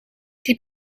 die